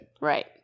Right